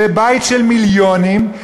בבית של מיליונים,